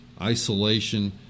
isolation